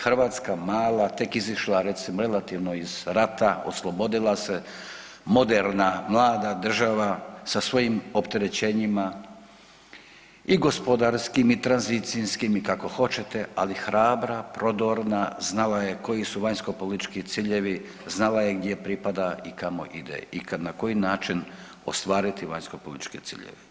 Hrvatska mala tek izišla recimo relativno iz rata, oslobodila se, moderna, mlada država sa svojim opterećenjima i gospodarskim i tranzicijskim i kako hoćete ali hrabra, prodorna, znala je koji su vanjskopolitički ciljevi, znala je gdje pripada i kamo ide i kad na koji način ostvariti vanjskopolitičke ciljeve.